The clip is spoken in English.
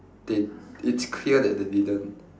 they it's clear that they didn't